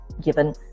given